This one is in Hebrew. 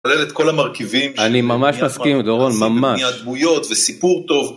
כולל את כל המרכיבים - אני ממש מסכים דורון, ממש. - בניית דמויות, וסיפור טוב.